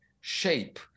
shape